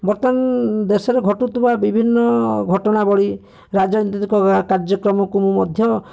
ବର୍ତ୍ତମାନ ଦେଶରେ ଘଟୁଥିବା ବିଭିନ୍ନ ଘଟଣାବଳୀ ରାଜନୀତିକ କାର୍ଯ୍ୟକ୍ରମକୁ ମୁଁ ମଧ୍ୟ